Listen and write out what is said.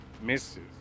misses